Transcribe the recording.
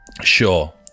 sure